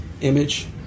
image